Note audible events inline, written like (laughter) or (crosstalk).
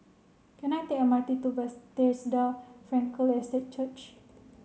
can I take M R T to (unintelligible) Frankel Estate Church